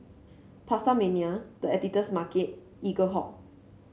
PastaMania The Editor's Market Eaglehawk